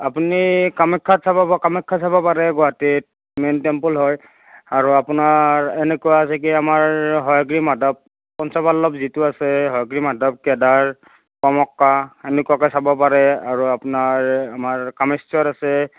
আপুনি কামাখ্যাত চাব কামাখ্যা চাব পাৰে গুৱাহাটীত মেইন টেম্পুল হয় আৰু আপোনাৰ এনেকুৱা আছে কি আমাৰ হয়গ্ৰীব মাধৱ পঞ্চপল্লৱ যিটো আছে হয়গ্ৰীব মাধৱ কেদাৰ পোৱামক্কা এনেকুৱাকৈ চাব পাৰে আৰু আপোনাৰ আমাৰ কামেশ্বৰ আছে